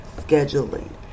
scheduling